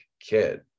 kid